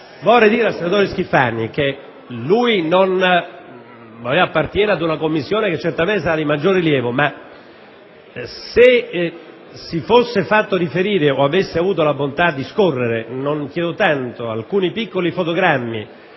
Vorrei poi dire al senatore Schifani, che fa parte di una Commissione che certamente sarà di maggiore rilievo, che se si fosse fatto riferire o avesse avuto la bontà di scorrere alcuni piccoli fotogrammi